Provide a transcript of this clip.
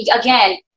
again